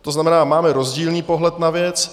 To znamená, máme rozdílný pohled na věc.